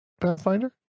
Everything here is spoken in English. Pathfinder